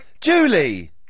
Julie